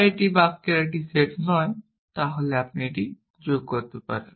বা এটি বাক্যগুলির একটি সেট নয় তাহলে আপনি এটি যোগ করতে পারেন